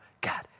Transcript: God